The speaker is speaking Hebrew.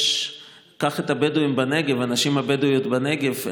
קח את הבדואים בנגב,